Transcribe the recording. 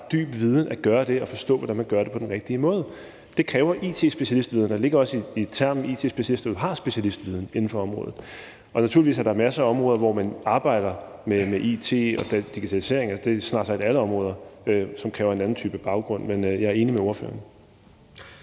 dyb viden at gøre det og forstå, hvordan man gør det på den rigtige måde. Det kræver it-specialistviden, og det ligger også i termen, at it-specialister har specialistviden inden for området. Naturligvis er der masser af områder, hvor man arbejder med it og digitalisering – det er snart alle områder, som kræver en anden type baggrund. Men jeg er enig med ordføreren.